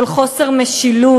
של חוסר משילות.